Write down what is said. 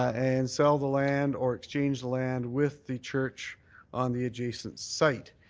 and sell the land or exchange the land with the church on the adjacent site.